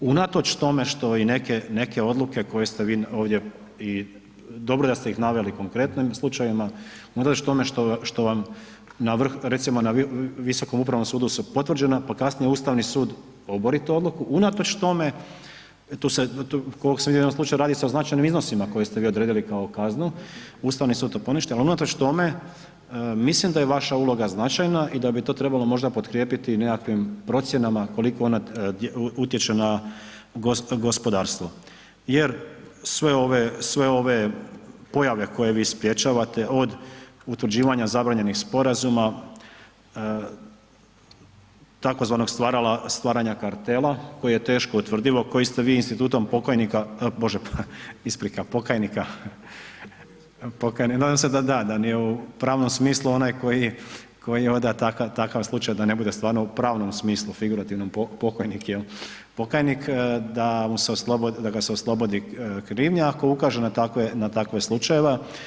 Unatoč tome što i neke odluke koje ste vi ovdje, i dobro je da ste ih naveli u konkretnim slučajevima, unatoč tome što vam na vrh, recimo na Visokom upravnom sudu su potvrđena pa kasnije Ustavni sud obori tu odluku, unatoč tome, tu se koliko se vidi u ovom slučaju, radi se o značajnim iznosima koje ste vi odredili kao kaznu, Ustavni sud je to poništio ali unatoč tome, mislim da je vaša uloga značajna i da bi to trebalo možda potkrijepiti nekakvim procjenama koliko ona utječe na gospodarstvo jer sve ove pojave koje vi sprječavate od utvrđivanja zabranjenih sporazuma, tzv. stvaranja kartela koje je teško utvrdivo, kojim ste vi institutom pokojnika, bože, isprika, pokajnika, nadam se da, da nije u pravnom smislu onaj koji onda takav slučaj da ne bude stvarno u pravnom smislu, figurativno pokojni, jel, pokajnik, da ga se oslobodi krivnje ako ukaže na takve slučajeve.